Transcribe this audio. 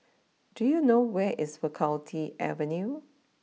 do you know where is Faculty Avenue